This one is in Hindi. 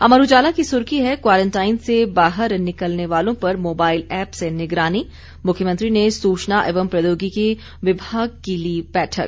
अमर उजाला की सुर्खी है क्वारंटाइन से बाहर निकलने वालों पर मोबाइल एप्प से निगरानी मुख्यमंत्री ने सूचना एवं प्रौद्योगिकी विभाग की ली बैठक